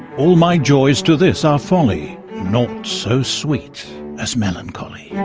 all my joys to this are folly naught so sweet as melancholy. yeah